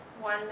One